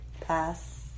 pass